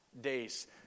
days